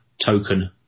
token